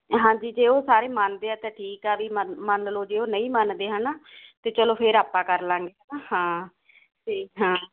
ਹਾਂਜੀ ਜੇ ਉਹ ਸਾਰੇ ਮੰਨਦੇ ਆ ਤਾਂ ਠੀਕ ਆ ਵੀ ਮੰਨ ਲਓ ਜੇ ਉਹ ਨਹੀਂ ਮੰਨਦੇ ਹਨਾ ਤੇ ਚਲੋ ਫਿਰ ਆਪਾਂ ਕਰ ਲਾਂਗੇ ਹਾਂ ਤੇ ਹਾਂ